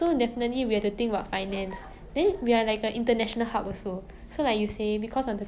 like where we get our most revenue from so quite sad lah like